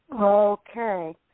Okay